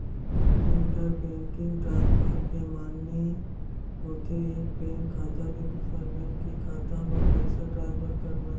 inter banking transfer के माने होथे एक बेंक खाता ले दूसर बेंक के खाता म पइसा ट्रांसफर करना